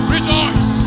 Rejoice